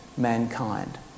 mankind